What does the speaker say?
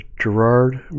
Gerard